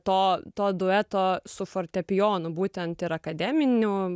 to to dueto su fortepijonu būtent ir akademiniu